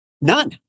None